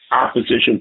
opposition